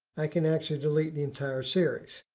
i can actually delete the entire series.